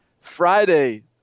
Friday